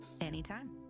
Anytime